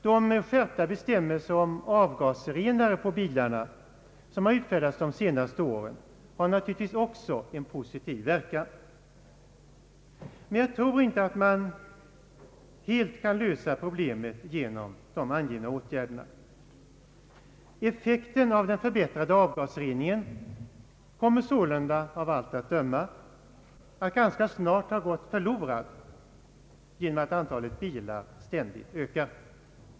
De skärpta bestämmelser om avgasrenare på bilarna som utfärdats under de senaste åren har naturligtvis också en positiv verkan. Men jag tror inte att man helt kan lösa problemet genom de angivna åtgärderna. Effekten av den förbättrade avgasreningen kommer sålunda av allt att döma att ganska snart ha gått förlorad genom att antalet bilar stadigt ökar.